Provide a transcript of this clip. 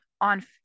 on